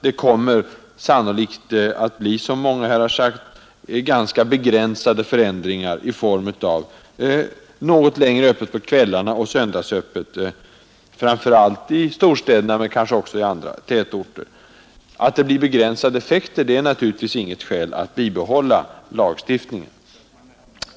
Det kommer sannolikt att bli, som många har sagt, ganska begränsade förändringar i form av något längre öppethållande på kvällarna och söndagsöppet, framför allt i storstäderna men kanske även i andra tätorter. Att det blir begränsade effekter av ett avskaffande är emellertid inget skäl för att bibehålla lagstiftningen.